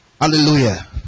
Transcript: Hallelujah